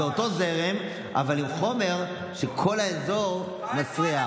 זה אותו זרם אבל עם חומר שכל האזור מסריח.